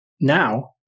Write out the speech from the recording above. now